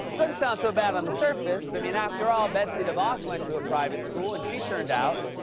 doesn't sound so bad on the surface. i mean, after all, betsy devos went to a private school and she turned out.